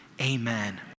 Amen